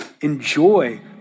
Enjoy